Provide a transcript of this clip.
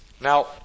Now